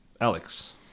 Alex